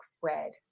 Fred